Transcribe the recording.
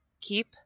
Keep